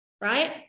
right